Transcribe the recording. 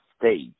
state